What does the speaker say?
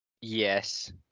yes